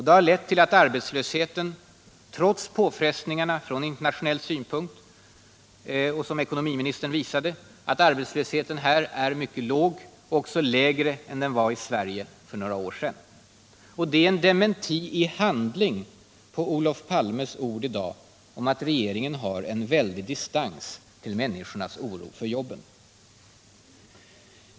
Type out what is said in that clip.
Det har lett till att arbetslösheten, trots påfrestningarna som ekonomiministern visade på, från internationell synpunkt är mycket låg och också längre än den var i Sverige för några år sedan. Det är en dementi i handling på Olof Palmes ord i dag, om att regeringen har väldig distans till människornas oro för jobben.